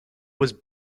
was